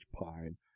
pine